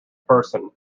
person